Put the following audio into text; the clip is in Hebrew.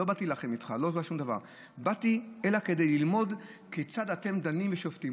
לא באתי להילחם איתך אלא כדי ללמוד כיצד אתם דנים ושופטים.